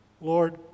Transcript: Lord